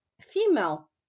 female